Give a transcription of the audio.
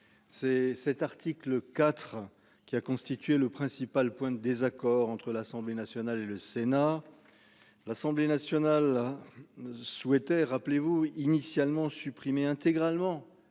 C'est cet article IV qui a constitué le principal point de désaccord entre l'Assemblée nationale et le Sénat. L'Assemblée nationale. Ne souhaitait rappelez-vous initialement supprimer intégralement